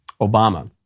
Obama